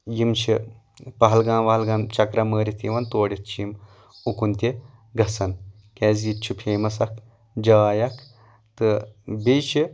یِم چھِ پہلگام وہلگام چکرا مٲرِتھ یِوان تور یِتھ چھِ یِم اُکُن تہِ گژھان کیٚازِ یہِ تہِ چھِ فیمس اکھ جاے اکھ تہٕ بیٚیہِ چھِ